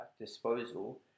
disposal